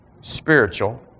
spiritual